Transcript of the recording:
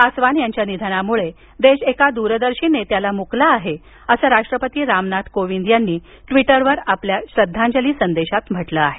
पासवान यांच्या निधनाने देश एका दूरदर्शी नेत्याला मुकला आहे असं राष्ट्रपती रामनाथ कोविंद यांनी ट्विटरवर आपल्या श्रद्धांजली संदेशात म्हटलं आहे